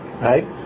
right